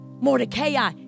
Mordecai